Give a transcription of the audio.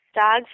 dogs